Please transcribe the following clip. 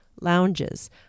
lounges